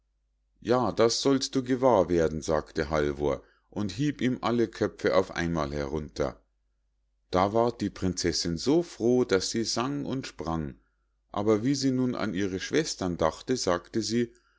ja das sollst du gewahr werden sagte halvor und hieb ihm alle köpfe auf einmal herunter da ward die prinzessinn so froh daß sie sang und sprang aber wie sie nun an ihre schwestern dachte sagte sie